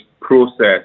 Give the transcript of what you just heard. process